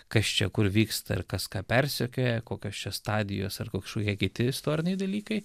kas čia kur vyksta ir kas ką persekioja kokios čia stadijos ar kažkokie kiti istoriniai dalykai